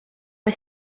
mae